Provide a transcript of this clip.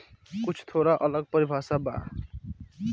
कुछ थोड़ा अलग परिभाषा बा